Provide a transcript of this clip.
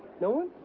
no one?